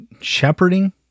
Shepherding